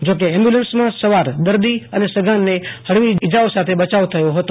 જો કે એમ્બ્યુલન્સ્માં સવાર દર્દી અને સગાનો હળવી ઈજાઓ સાથે બચાવ થયો હતો